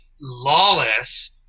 lawless